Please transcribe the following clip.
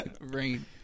Rain